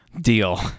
Deal